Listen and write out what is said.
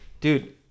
dude